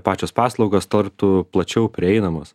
pačios paslaugos torptų plačiau prieinamos